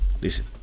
listen